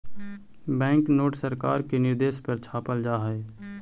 bank note सरकार के निर्देश पर छापल जा हई